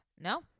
No